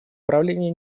управления